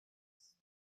lace